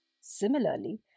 Similarly